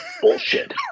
bullshit